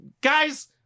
guys